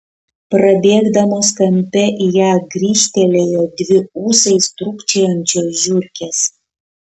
prabėgdamos kampe į ją grįžtelėjo dvi ūsais trūkčiojančios žiurkės